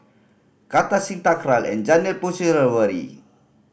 Kartar Singh Thakral and Janil Puthucheary